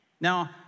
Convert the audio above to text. Now